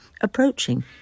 Approaching